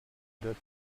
dead